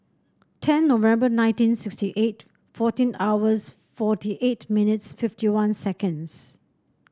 ten November nineteen sixty eight fourteen hours forty eight minutes fifty one seconds